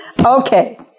Okay